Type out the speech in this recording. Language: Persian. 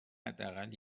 حداقل